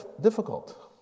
difficult